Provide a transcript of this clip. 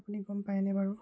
আপুনি গম পায়নে বাৰু